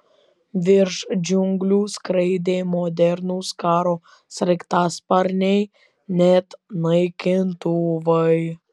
virš džiunglių skraidė modernūs karo sraigtasparniai net naikintuvai